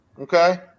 Okay